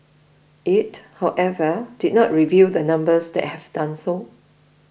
it however did not reveal the numbers that have done so